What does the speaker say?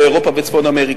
באירופה וצפון אמריקה,